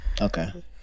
okay